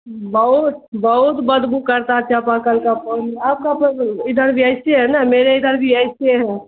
بہت بہت بدبو کرتا چاپا کل کا پانی آپ کا ادھر بھی ایسے ہے نا میرے ادھر بھی ایسے ہے